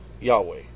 Yahweh